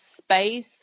space